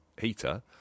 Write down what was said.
heater